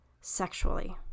sexually